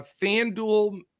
FanDuel